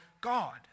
God